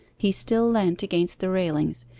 he still leant against the railings,